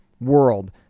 world